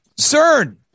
CERN